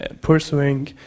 pursuing